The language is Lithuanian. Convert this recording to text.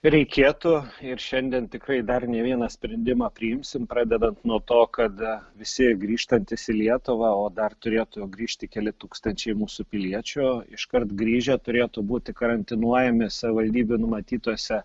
reikėtų ir šiandien tikrai dar ne vieną sprendimą priimsim pradedant nuo to kad visi grįžtantys į lietuvą o dar turėtų grįžti keli tūkstančiai mūsų piliečių iškart grįžę turėtų būti karantinuojami savivaldybių numatytose